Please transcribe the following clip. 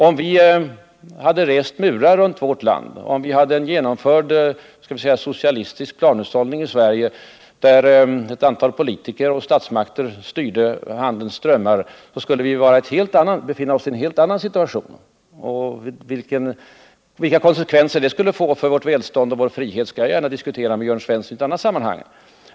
Om vi hade rest murar runt vårt land, om vi hade en genomförd socialistisk planhushållning i Sverige, där ett antal politiker och statsmakter styrde handelns strömmar, skulle vi befinna oss i en helt annan situation. Vilka konsekvenser detta skulle få för vårt välstånd och vår frihet skall jag gärna diskutera med Jörn Svensson i ett annat sammanhang.